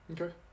okay